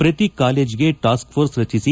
ಪ್ರತಿ ಕಾಲೇಜಿಗೆ task force ರಚಿಸಿ